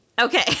okay